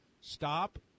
Stop